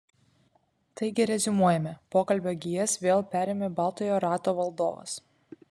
taigi reziumuojame pokalbio gijas vėl perėmė baltojo rato valdovas